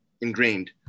ingrained